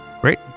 Great